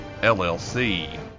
LLC